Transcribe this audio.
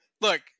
Look